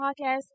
podcast